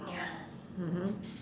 ya mmhmm